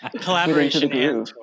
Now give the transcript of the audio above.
collaboration